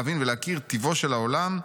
להבין ולהכיר טיבו של העולם,